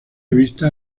vistas